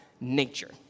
nature